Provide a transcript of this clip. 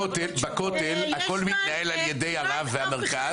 בכותל הכול מתנהל על ידי הרב והמרכז,